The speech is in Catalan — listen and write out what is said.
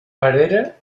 perera